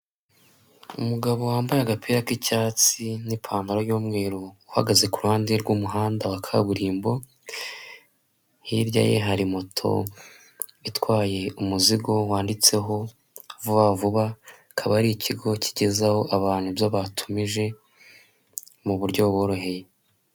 Umugabo wambaye agapira k'icyatsi n'ipantaro y'umweru uhagaze ku ruhande rw'umuhanda wa kaburimbo, hirya ye hari moto itwaye umuzigo wanditseho vuba vuba akaba ari ikigo kigezaho abantu ibyo batumije mu buryo boroheye.